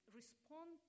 respond